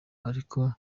ariko